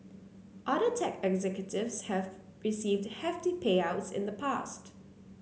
other tech executives have received hefty payouts in the past